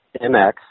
MX